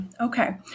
okay